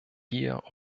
hier